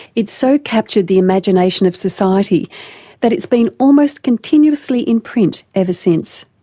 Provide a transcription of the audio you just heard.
it so captured the imagination of society that it's been almost continuously in print ever since.